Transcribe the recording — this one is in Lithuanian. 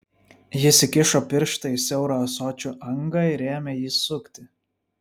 jis įkišo pirštą į siaurą ąsočio angą ir ėmė jį sukti